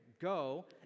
Go